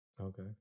Okay